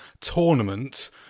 tournament